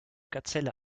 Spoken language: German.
gazelle